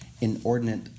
inordinate